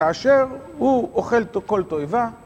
כאשר הוא אוכל כל תועבה.